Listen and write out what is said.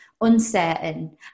uncertain